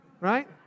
Right